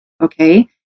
Okay